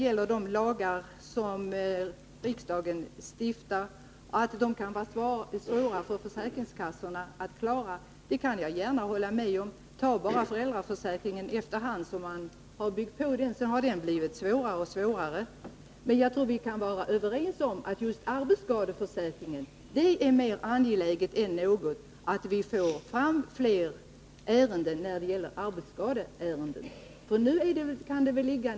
Att de lagar som riksdagen stiftar många gånger är svåra för försäkringskassorna att handlägga — det kan jag hålla med om. Föräldraförsäkringen t.ex. har ju, efter hand som den har byggts på, blivit svårare och svårare att tolka. Men jag tror att vi kan vara överens om att det är mer angeläget än något annat att vi just när det gäller arbetsskadeförsäkringen får fram avgöranden i fler ärenden.